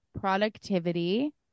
productivity